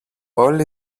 όλοι